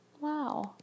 Wow